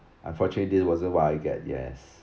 unfortunately this wasn't what I get yes